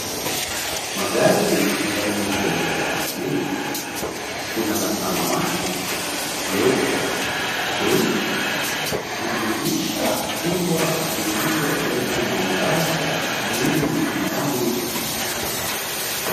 Magari yameegeshwa mengi. Kuna la samawati, leupe, jeusi, na dirisha kubwa linaloleta mwangaza mwingi ndani.